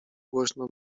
głośno